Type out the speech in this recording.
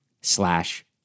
slash